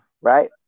Right